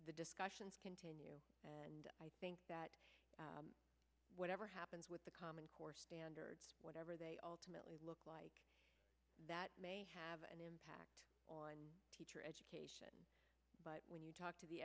the discussions continue and i think that whatever happens with the common core standards whatever they ultimately look like that may have an impact on teacher education but when you talk to the